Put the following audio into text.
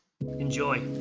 enjoy